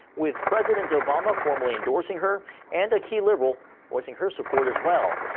with president obama formally endorsing her, and a key liberal voicing her support as well.